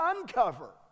uncover